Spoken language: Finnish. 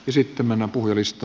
lapset ensin